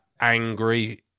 angry